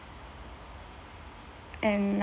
and